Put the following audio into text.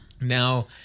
Now